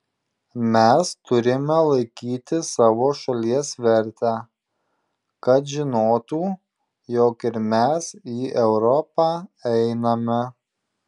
mes turime laikyti savo šalies vertę kad žinotų jog ir mes į europą einame